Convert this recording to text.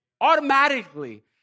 Automatically